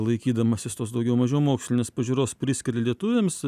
laikydamasis tos daugiau mažiau mokslinės pažiūros priskiria lietuviams